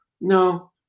no